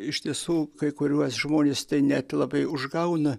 iš tiesų kai kuriuos žmones tai net labai užgauna